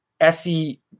SE